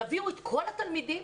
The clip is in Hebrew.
תביאו את כל התלמידים.